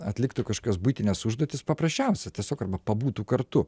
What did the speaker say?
atliktų kažkokias buitines užduotis paprasčiausia tiesiog arba pabūtų kartu